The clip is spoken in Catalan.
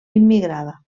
immigrada